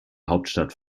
hauptstadt